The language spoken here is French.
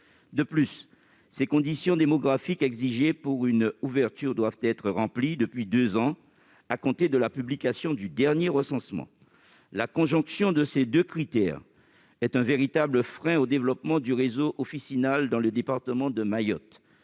De plus, les conditions démographiques exigées pour l'ouverture d'une officine doivent être remplies depuis deux ans à compter de la publication du dernier recensement. La conjonction de ces deux critères est un véritable frein au développement du réseau officinal dans le département de Mayotte.